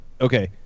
Okay